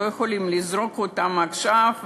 לא יכולים לזרוק אותם עכשיו,